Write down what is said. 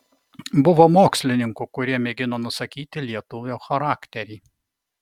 buvo mokslininkų kurie mėgino nusakyti lietuvio charakterį